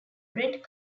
rent